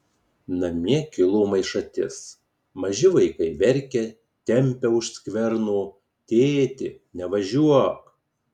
namie kilo maišatis maži vaikai verkia tempia už skverno tėti nevažiuok